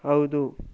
ಹೌದು